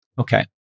Okay